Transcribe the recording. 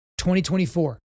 2024